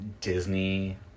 Disney